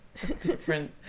different